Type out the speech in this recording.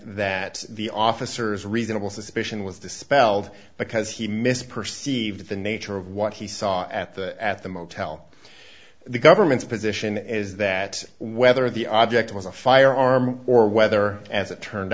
that the officers reasonable suspicion was dispelled because he misperceived the nature of what he saw at the at the motel the government's position is that whether the object was a firearm or whether as it turned